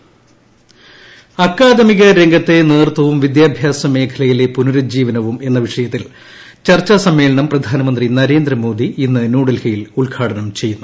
പ്രധാനമന്ത്രി അക്കാദമിക രംഗത്തെ നേതൃത്വവും വിദ്യാഭ്യാസ മേഖലയിലെ പുനരുജ്ജീവനവും എന്ന വിഷയത്തിൽ ചർച്ചാ സമ്മേളനം പ്രധാനമന്ത്രി നരേന്ദ്ര മോദി ന്യൂഡൽഹിയിൽ ഉദ്ഘാടനം ചെയ്യുന്നു